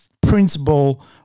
principle